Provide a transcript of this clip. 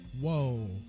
whoa